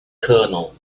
colonel